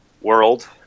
world